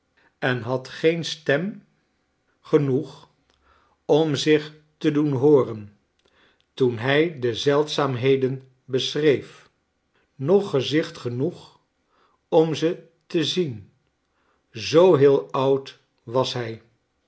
en had geen stem genoeg om zich te doen hooren toen hij de zeldzaamheden beschreef noch gezicht genoeg om ze te zien zoo heel oud was hij